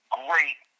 great